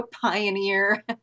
pioneer